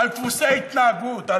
על דפוסי התנהגות.